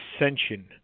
ascension